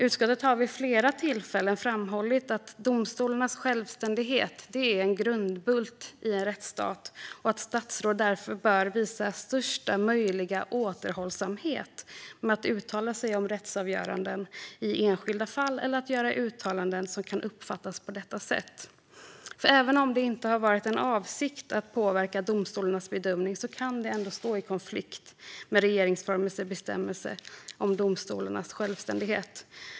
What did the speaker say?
Utskottet har vid flera tillfällen framhållit att domstolarnas självständighet är en grundbult i en rättsstat och att statsråd därför bör visa största möjliga återhållsamhet med att uttala sig om rättsavgöranden i enskilda fall eller att göra uttalanden som kan uppfattas på detta sätt. Även om det inte har varit en avsikt att påverka domstolarnas bedömning kan det stå i konflikt med regeringsformens bestämmelse om domstolarnas självständighet.